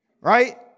right